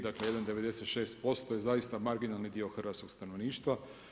Dakle, 1,96% je zaista marginalni dio hrvatskog stanovništva.